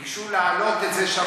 ביקשו להעלות את זה,